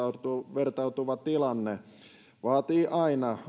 vertautuva tilanne vaatii aina